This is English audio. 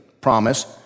promise